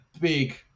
big